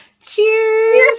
Cheers